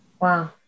wow